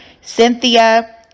Cynthia